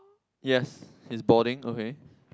yes he's boarding okay